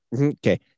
okay